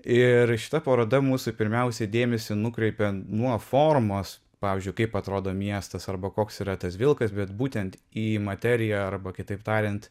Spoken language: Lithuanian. ir šita paroda mūsų pirmiausia dėmesį nukreipia nuo formos pavyzdžiui kaip atrodo miestas arba koks yra tas vilkas bet būtent į materiją arba kitaip tariant